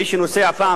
מי שנוסע פעם,